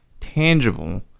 tangible